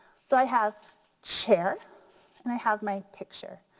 so i have chair and i have my picture.